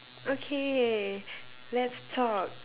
okay let's talk